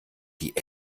die